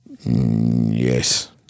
Yes